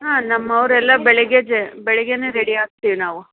ಹಾಂ ನಮ್ಮವರೆಲ್ಲ ಬೆಳಗ್ಗೆ ಜ್ ಬೆಳಗ್ಗೆನೆ ರೆಡಿಯಾಗ್ತಿವಿ ನಾವು